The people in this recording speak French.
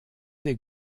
des